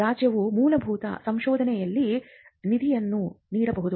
ರಾಜ್ಯವು ಮೂಲಭೂತ ಸಂಶೋಧನೆಗೆ ನಿಧಿಯನ್ನು ನೀಡಬಹುದು